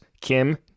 Kim